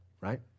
right